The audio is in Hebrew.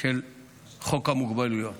של חוק המוגבלויות.